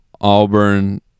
Auburn –